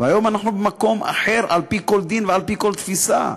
והיום אנחנו במקום אחר על-פי כל דין ועל-פי כל תפיסה,